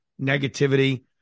negativity